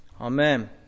amen